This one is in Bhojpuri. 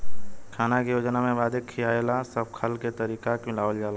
खाना के योजना में आबादी के खियावे ला सब खल के तरीका के मिलावल जाला